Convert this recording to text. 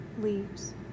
leaves